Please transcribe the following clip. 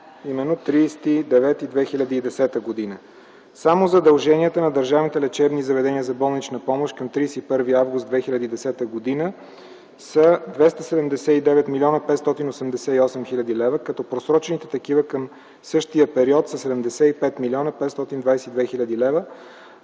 именно 30.09.2010 г. Само задълженията на държавните лечебни заведения за болнична помощ към 31 август 2010 г. са 279 млн. 588 хил. лв., като просрочените такива към същия период са 75 млн. 522 хил. лв.,